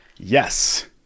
Yes